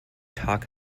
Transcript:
talk